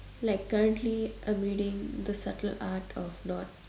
like currently I'm reading the subtle art of not